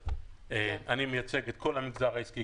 אני מייצג את כל המגזר העסקי,